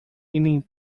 meaning